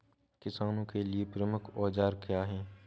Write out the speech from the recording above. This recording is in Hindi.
किसानों के लिए प्रमुख औजार क्या हैं?